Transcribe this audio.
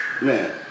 Man